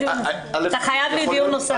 אתה חייב לי דיון נוסף.